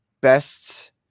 best